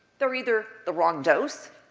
they're either the wrong dose,